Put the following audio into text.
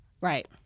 Right